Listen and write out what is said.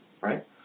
right